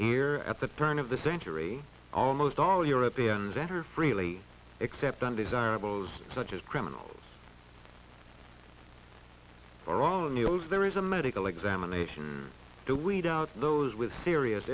here at the turn of the century almost all europeans ever freely accept undesirables such as criminals or all new laws there is a medical examination to weed out those with serious